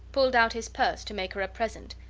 pulled out his purse to make her a present,